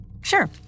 Sure